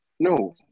No